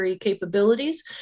capabilities